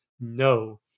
no